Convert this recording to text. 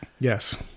Yes